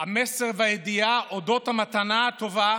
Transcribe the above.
המסר והידיעה על אודות המתנה הטובה